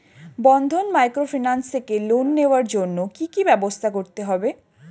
বন্ধন microfinance থেকে loan নেওয়ার জন্য কি কি ব্যবস্থা করতে হবে?